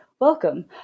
welcome